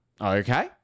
okay